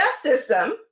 system